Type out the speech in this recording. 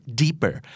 deeper